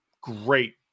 great